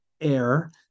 air